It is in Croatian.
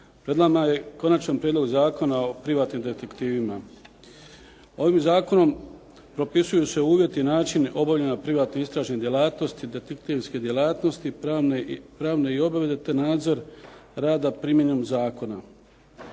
Pred nama je Konačan prijedlog Zakona o privatnim detektivima. Ovim zakonom propisuju se uvjeti i načini obavljanja privatne istražne djelatnosti, detektivske djelatnosti, pravne i obveze te nadzor rada primjenom zakona.